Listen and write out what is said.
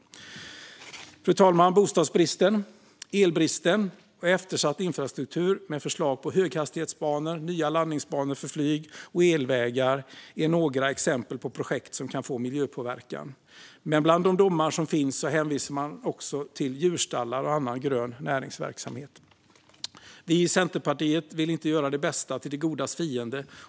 Fru talman! Bostadsbrist, elbrist och eftersatt infrastruktur med förslag på höghastighetsbanor, nya landningsbanor för flyg och elvägar är några exempel som kan få miljöpåverkan. Men bland de domar som finns hänvisar man också till djurstallar och annan grön näringsverksamhet. Vi i Centerpartiet vill inte göra det bästa till det godas fiende.